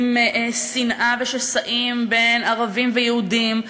עם שנאה ושסעים בין ערבים ליהודים,